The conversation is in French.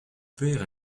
père